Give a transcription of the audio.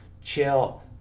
chill